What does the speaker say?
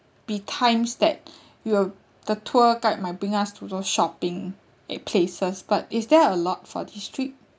be times that you are the tour guide my bring us to those shopping a places but is there a lot for district